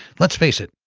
let's face it,